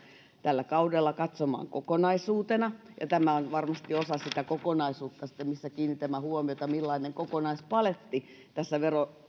tällä kaudella katsomaan kokonaisuutena tämä on varmasti osa sitä kokonaisuutta missä kiinnitämme huomiota millainen kokonaispaletti tässä